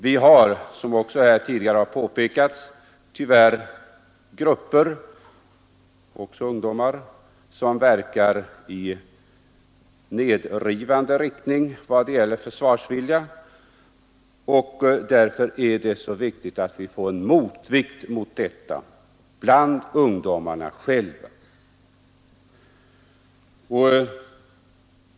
Vi har, som tidigare har påpekats, tyvärr grupper — också av ungdomar — som verkar i nedrivande riktning i vad gäller försvarsviljan, och därför är det så väsentligt att vi får en motvikt mot detta bland ungdomarna själva.